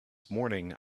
morning